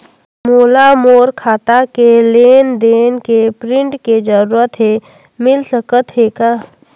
मोला मोर खाता के लेन देन के प्रिंट के जरूरत हे मिल सकत हे का?